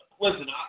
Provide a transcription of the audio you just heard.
listen